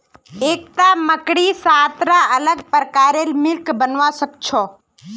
एकता मकड़ी सात रा अलग प्रकारेर सिल्क बनव्वा स ख छ